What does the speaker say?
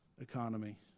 economy